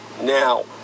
now